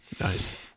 Nice